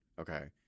okay